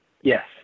Yes